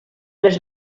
les